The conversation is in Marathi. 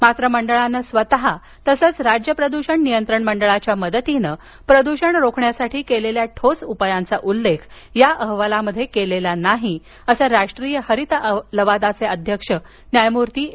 मात्र मंडळानं स्वतः तसंच राज्य प्रदूषण नियंत्रण मंडळाच्या मदतीनं प्रदूषण रोखण्यासाठी केलेल्या ठोस उपायांचा उल्लेख या अहवालात नाही असं राष्ट्रीय हरित लवादाचे अध्यक्ष न्यायमूर्ती ए